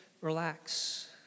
relax